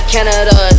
Canada